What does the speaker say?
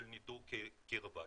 של ניטור קירבה,